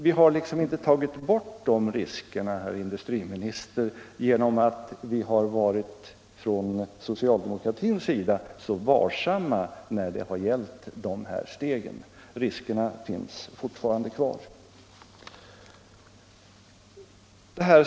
Vi har inte blivit av med de riskerna, herr industriminister, genom att man från socialdemokratins sida varit så varsam när det har gällt att ta de här stegen mot ett förstatligande. Riskerna finns fortfarande kvar.